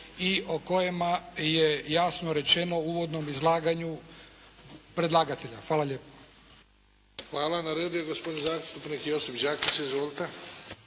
i o kojima je jasno rečeno u uvodnom izlaganju predlagatelja. Hvala lijepo. **Bebić, Luka (HDZ)** Hvala. Na redu je gospodin zastupnik Josip Đakić. Izvolite.